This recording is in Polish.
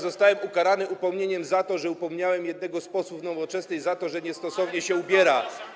Zostałem ukarany upomnieniem za to, że upomniałem jednego z posłów Nowoczesnej, że niestosownie się ubiera.